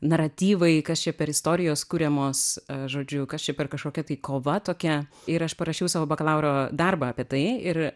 naratyvai kas čia per istorijos kuriamos žodžiu kas čia per kažkokia tai kova tokia ir aš parašiau savo bakalauro darbą apie tai ir